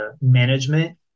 management